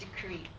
decree